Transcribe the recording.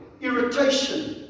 irritation